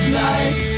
night